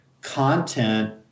content